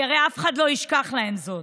כי הרי אף אחד לא ישכח להם זאת,